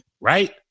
right